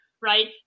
right